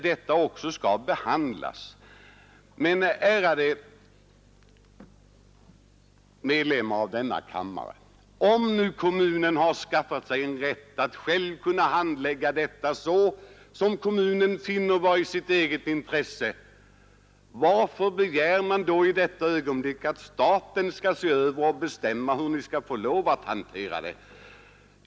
Men ärade ledamöter av denna kammare, om nu kommunen har skaffat sig en rätt att själv kunna handlägga dessa frågor på det sätt som kommunen finner vara lämpligt i sitt eget intresse, varför begär man då i detta ögonblick att staten skall se över och bestämma hur ni skall få lov att hantera detta?